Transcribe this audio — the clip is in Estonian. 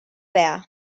pea